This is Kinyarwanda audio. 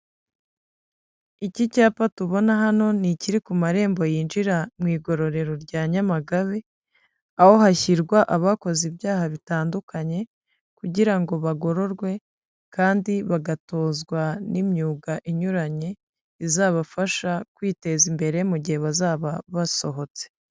Iki cyapa tubona hano ni ikiri ku marembo yinjira mu igororero rya Nyamagabe, aho hashyirwa abakoze ibyaha bitandukanye, kugira ngo bagororwe kandi bagatozwa n'imyuga inyuranye, izabafasha kwiteza imbere mu gihe bazaba basohotse.